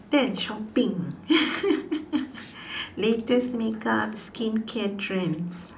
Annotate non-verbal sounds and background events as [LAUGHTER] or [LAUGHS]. that is shopping ah [LAUGHS] latest makeup skincare trend